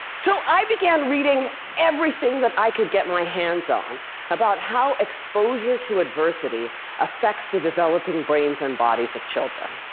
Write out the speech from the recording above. so i began reading everything that i could get my hands on about how exposure to adversity affects the developing brains and bodies of children.